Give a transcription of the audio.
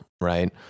right